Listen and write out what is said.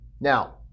now